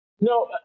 No